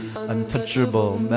Untouchable